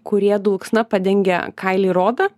kurie dulksna padengia kailį ir odą